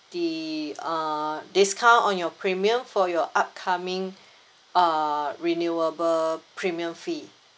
the err discount on your premium for your upcoming err renewable premium fee